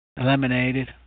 Eliminated